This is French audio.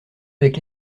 avec